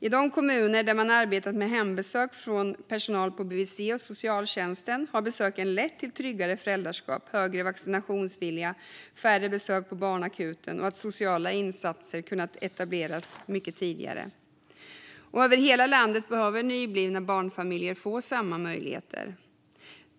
I de kommuner där man har arbetat med hembesök från personal på BVC och socialtjänsten har besöken lett till tryggare föräldraskap, högre vaccinationsvilja och färre besök på barnakuten samt till att sociala insatser har kunnat etableras mycket tidigare. Över hela landet behöver nyblivna barnfamiljer få samma möjligheter.